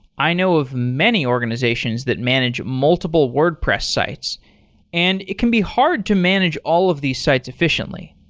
i know of many organization that manage multiple wordpress sites and it can be hard to manage all of these sites efficiently.